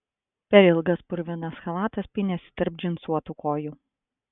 per ilgas purvinas chalatas pynėsi tarp džinsuotų kojų